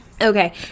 okay